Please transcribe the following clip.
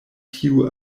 tiu